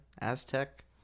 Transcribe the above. aztec